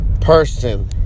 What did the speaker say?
person